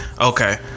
Okay